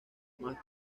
más